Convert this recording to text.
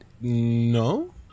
No